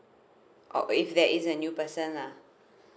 oh if there is a new person lah